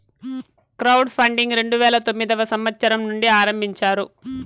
crowd funding రెండు వేల తొమ్మిదవ సంవచ్చరం నుండి ఆరంభించారు